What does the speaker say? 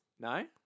No